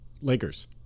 Lakers